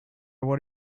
what